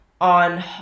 on